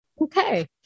Okay